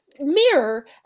mirror